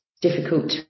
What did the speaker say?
difficult